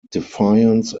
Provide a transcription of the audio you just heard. defiance